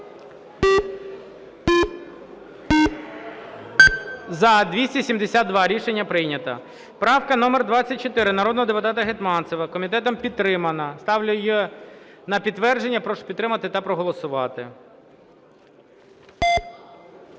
За-272 Рішення прийнято. Правка номер 24 народного депутата Гетманцева. Комітетом підтримана. Ставлю її на підтвердження. Прошу підтримати та проголосувати.